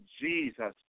Jesus